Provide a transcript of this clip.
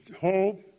hope